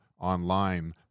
online